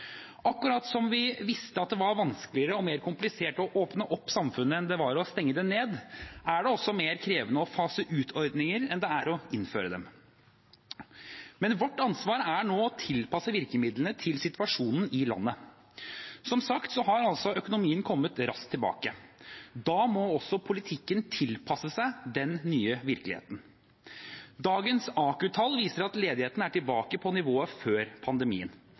Akkurat som vi visste at det var vanskeligere og mer komplisert å åpne opp samfunnet enn det var å stenge det ned, er det også mer krevende å fase ut ordninger enn det er å innføre dem. Men vårt ansvar nå er å tilpasse virkemidlene til situasjonen i landet. Som sagt har altså økonomien kommet raskt tilbake. Da må også politikken tilpasse seg den nye virkeligheten. Dagens AKU-tall viser at ledigheten er tilbake på nivået før pandemien.